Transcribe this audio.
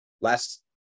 last